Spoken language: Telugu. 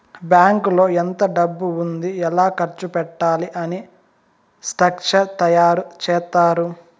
బ్యాంకులో ఎంత డబ్బు ఉంది ఎలా ఖర్చు పెట్టాలి అని స్ట్రక్చర్ తయారు చేత్తారు